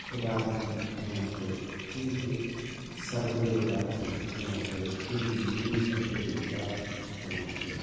اِدارَس مَنٛز کٲم کٔرِتھ کُنتہِ سَرکٲرۍ اِدارَس مَنٛز کٲم کٔرِتھ کُنتہِ نیٖم سَرکٲری اِدارَس مَنٛز کٲم کٔرِتھ